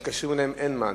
מתקשרים אליהם ואין מענה.